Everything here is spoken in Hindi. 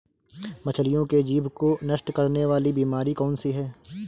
मछलियों के जीभ को नष्ट करने वाली बीमारी कौन सी है?